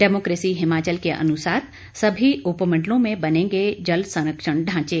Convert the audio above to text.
democracy Himachal के अनुसार सभी उपमंडलों में बनेंगे जल संरक्षण ढांचे